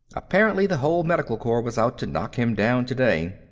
apparently the whole medical corps was out to knock him down today.